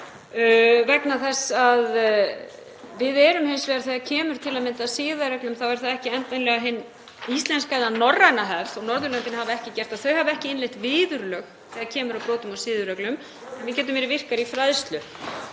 sagt hér. Við erum hins vegar þegar kemur til að mynda að siðareglum með viðurlög, það er ekki endilega hin íslenska eða norræna hefð og Norðurlöndin hafa ekki gert það, þau hafa ekki innleitt viðurlög þegar kemur að brotum á siðareglum, en við gætum verið virkari í fræðslu.